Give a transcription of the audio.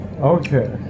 Okay